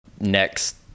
next